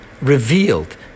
revealed